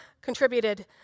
contributed